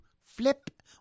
flip